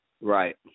Right